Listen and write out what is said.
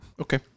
okay